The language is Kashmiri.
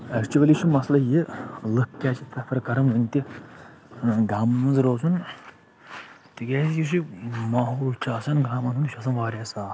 ایکچُؤلی چھُ مَسلہٕ یہِ لُکھ کیازِ چھِ پریفر کران وُنہِ تہِ گامن منٛز روزُن تِکیازِ یُس یہِ ماحول چھُ آسان گامَن منٛز یہِ چھُ آسان واریاہ صاف